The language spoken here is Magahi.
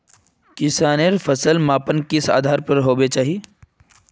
किसानेर फसल मापन किस आधार पर होबे चही?